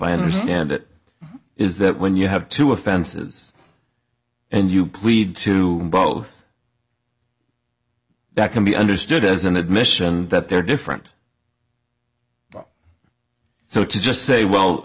i understand it is that when you have two offenses and you plead to both that can be understood as an admission that they're different so to just say well